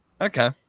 Okay